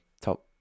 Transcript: top